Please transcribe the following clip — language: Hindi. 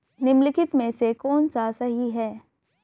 निम्नलिखित में से कौन सा सही है?